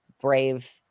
Brave